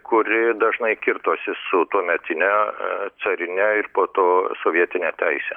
kuri dažnai kirtosi su tuometine carine ir po to sovietine teise